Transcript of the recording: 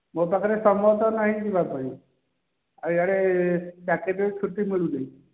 ମୋ ପାଖରେ ସମୟ ତ ନାହିଁ ଯିବା ପାଇଁ ଆଉ ଏଆଡ଼େ ଚାକିରିରେ ଛୁଟି ମିଳୁନି